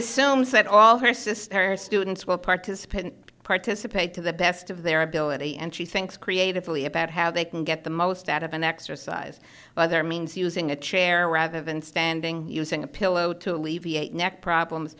said all her sister students will participate in participate to the best of their ability and she thinks creatively about how they can get the most out of an exercise by their means using a chair rather than standing using a pillow to alleviate neck problems